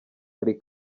hari